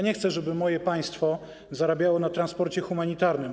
Nie chcę, żeby moje państwo zarabiało na transporcie humanitarnym.